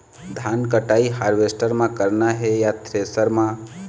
धान कटाई हारवेस्टर म करना ये या थ्रेसर म?